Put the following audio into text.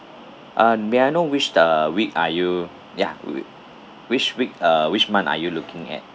uh may I know which uh week are you ya whi~ which week uh which month are you looking at